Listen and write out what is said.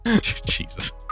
Jesus